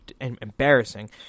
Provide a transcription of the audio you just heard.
embarrassing